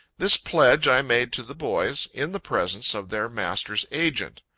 this pledge i made to the boys, in the presence of their master's agent.